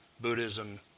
Buddhism